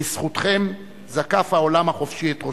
בזכותכם זקף העולם החופשי את ראשו.